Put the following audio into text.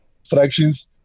instructions